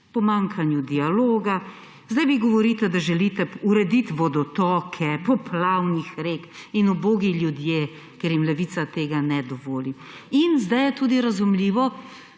pomanjkanju dialoga. Zdaj vi govorite, da želite urediti vodotoke poplavnih rek in ubogi ljudje, ker jim Levica tega ne dovoli. Zdaj je tudi razumljivo,